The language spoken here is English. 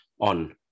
on